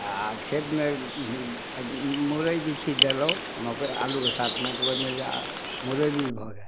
आओर खेतमे मुरइ भी छीटि देलहुँ मकइ आलूके साथमे तऽ ओहिमे से मुरइ भी भऽ गेल